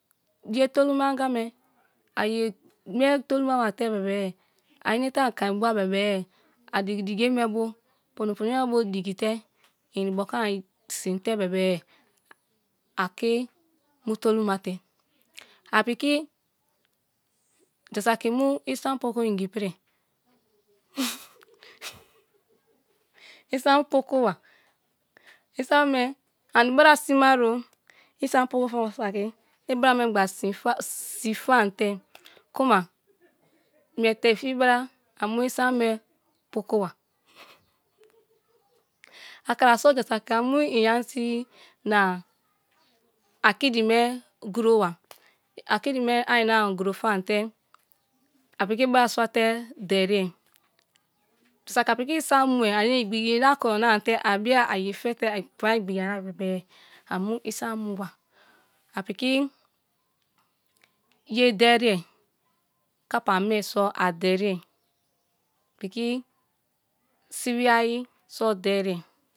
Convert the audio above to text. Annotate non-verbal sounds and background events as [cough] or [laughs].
Ye tolu ma anga me a ye me toluma wate̱ be̱be̱ a inete an kai bua be̱be̱ a digi digi ye me bu̱, pono pono ye me bu digi te inboku [unintelligible] si̱n te be̱be̱ a ki mu tolu ma te̱ a piki sa suki mu i̱sam poko ingi prie [laughs] isari poko ba, isari me bra sima ro isam poko fanwa saki ibra mu gba [unintelligible] si̱ fanti, kuma mie te fibra amu isan me pokoba [laughs] akra so ja saki amu i aunt na [hesitation] akidi me gu̱rowa [unintelligible] a ina ani guro fante a piki bra sua te derie ja suki a piki isaun mue ane igbigi ina kuro kute abiye a ye fi abi igbigi yana be amu isam mu wa a piki ye deriē, kapa ame so a deriè piki sibi ayi so̱ deriè